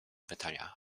pytania